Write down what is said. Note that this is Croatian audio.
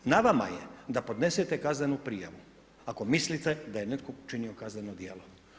Na vama je da podnesete kaznenu prijavu, ako mislite da je netko počinio kazneno djelo.